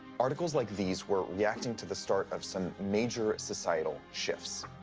articles like these were reacting to the start of some major societal shifts.